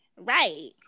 Right